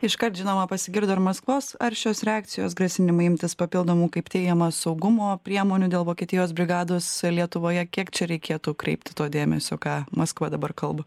iškart žinoma pasigirdo ir maskvos aršios reakcijos grasinimai imtis papildomų kaip teigiama saugumo priemonių dėl vokietijos brigados lietuvoje kiek čia reikėtų kreipti to dėmesio ką maskva dabar kalba